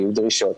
יהיו דרישות,